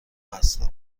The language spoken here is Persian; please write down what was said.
هستم